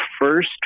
first